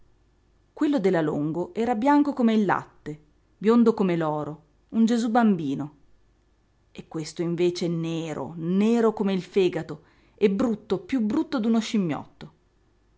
quello della longo era bianco come il latte biondo come l'oro un gesú bambino e questo invece nero nero come il fegato e brutto piú brutto d'uno scimmiotto